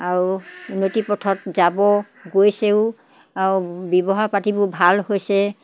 আৰু উন্নতিৰ পথত যাব গৈছেও আৰু ব্যৱহাৰ পাতিবোৰ ভাল হৈছে